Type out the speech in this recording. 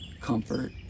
comfort